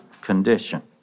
condition